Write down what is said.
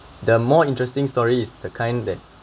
the more interesting story is the kind that